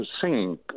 singing